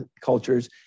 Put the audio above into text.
cultures